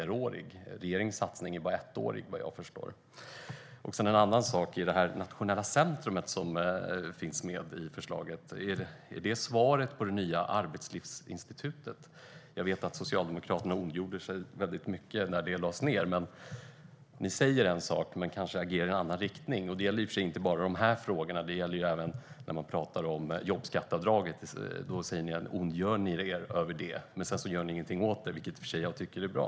Regeringens satsning är bara på ett år. Det finns ett nationellt centrum i förslaget. Är det svaret på frågan om det nya Arbetslivsinstitutet? Jag vet att Socialdemokraterna ondgjorde sig mycket när det lades ned. Ni säger en sak men agerar i en annan riktning. Det gäller i och för sig inte bara de här frågorna utan även jobbskatteavdraget. Ni ondgör er över det, men ni gör ingenting åt det - vilket jag i och för sig tycker är bra.